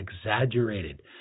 exaggerated